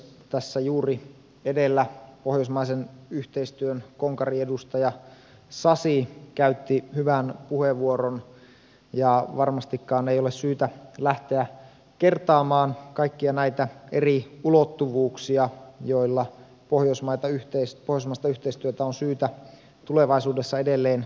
tässä juuri edellä pohjoismaisen yhteistyön konkariedustaja sasi käytti hyvän puheenvuoron ja varmastikaan ei ole syytä lähteä kertaamaan kaikkia näitä eri ulottuvuuksia joilla pohjoismaista yhteistyötä on syytä tulevaisuudessa edelleen kehittää